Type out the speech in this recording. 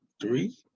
three